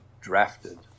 drafted